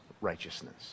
righteousness